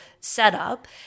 setup